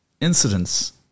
incidents